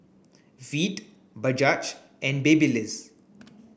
Veet Bajaj and Babyliss